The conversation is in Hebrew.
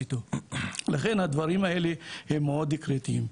לכן, הדברים האלה הם מאוד קריטיים.